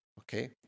Okay